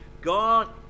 God